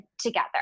together